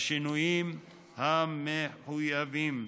בשינויים המחויבים.